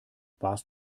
warst